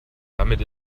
damit